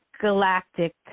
galactic